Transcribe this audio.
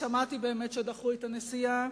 שמעתי באמת שדחו את הנסיעה,